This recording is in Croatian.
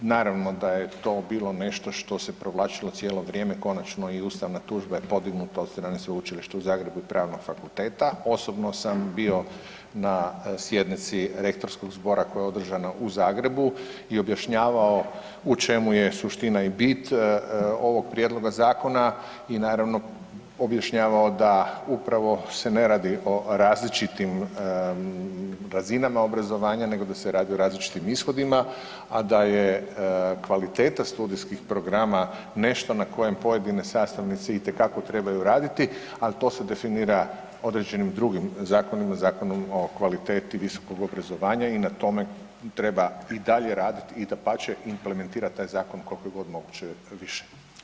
Naravno da je to bilo nešto se provlačilo cijelo vrijeme, konačno i ustavna tužba je podignuta od strane Sveučilišta u Zagrebu i Pravnog fakulteta, osobno sam bio na sjednici Rektorskog zbora koje je održano u Zagrebu i objašnjavao u čemu je suština i bit ovoga prijedloga zakona i naravno, objašnjavao da upravo se ne radi o različitim razinama obrazovanja nego da se radi o različitim ishodima a da je kvaliteta studijskih programa nešto na kojem pojedine sastavnice itekako trebaju raditi, ali to se definira određenim drugim zakonima, Zakonom o kvaliteti visokog obrazovanja i na tome treba i dalje raditi i dapače, implementirati taj zakon koliko je god moguće više.